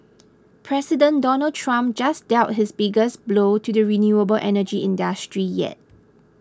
President Donald Trump just dealt his biggest blow to the renewable energy industry yet